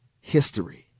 history